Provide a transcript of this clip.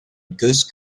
goose